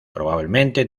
probablemente